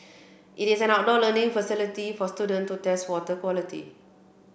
it is an outdoor learning facility for student to test water quality